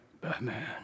Batman